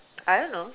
I don't know